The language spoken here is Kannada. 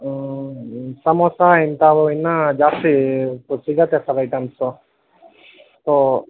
ಸಮೋಸ ಇಂಥವು ಇನ್ನೂ ಜಾಸ್ತಿ ಸಿಗತ್ತೆ ಸರ್ ಐಟಮ್ಸು ಸೋ